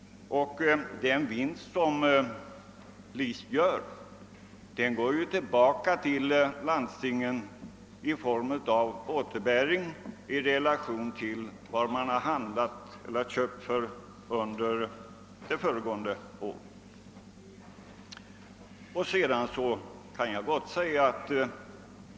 Den vinst som LIC gör går tillbaka till landstingen i form av återbäring i relation till vad man köpt under det föregående året.